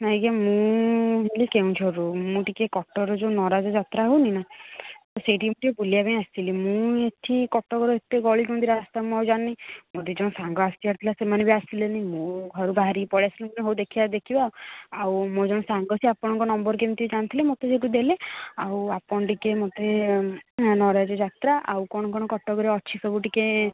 ନାଇଁ ଆଜ୍ଞା ମୁଁ ହେଲି କେଉଁଝରରୁ ମୁଁ ଟିକେ କଟକର ଯେଉଁ ନରାଜ ଯାତ୍ରା ହେଉନି ନା ସେଇଠି କି ମୁଁ ଟିକେ ବୁଲିବା ପାଇଁ ଆସିଥିଲି ମୁଁ ଏଇଠି କଟକର ଏତେ ଗଳିକନ୍ଦି ରାସ୍ତା ମୁଁ ଆଉ ଜାଣିନି ମୋର ଦୁଇଜଣ ସାଙ୍ଗ ଆସିବାର ଥିଲା ସେମାନେ ବି ଆସିଲେନି ମୁଁ ଘରୁ ବାହାରିକି ପଳାଇ ଆସିଥିଲି ହଉ ଦେଖିବା ଦେଖିବା ଆଉ ମୋର ଜଣେ ସାଙ୍ଗ ସେ ଆପଣଙ୍କ ନମ୍ବର୍ କେମିତି ଜାଣିଥିଲେ ମୋତେ ସେଇଠୁ ଦେଲେ ଆଉ ଆପଣ ଟିକେ ମୋତେ ନରାଜଯାତ୍ରା ଆଉ କ'ଣ କ'ଣ କଟକରେ ଅଛି ସବୁ ଟିକେ କ'ଣ